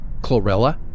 chlorella